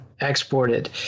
exported